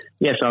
yes